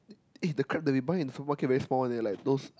eh the crab that we buy in sueprmarket very small leh like those